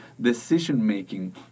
decision-making